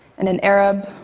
and an arab,